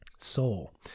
soul